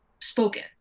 spoken